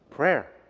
prayer